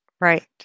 Right